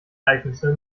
ereignisse